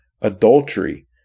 adultery